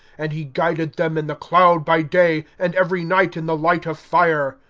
and he guided them in the cloud by day, and every night in the light of fire.